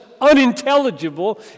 unintelligible